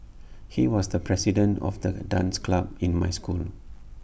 he was the president of the dance club in my school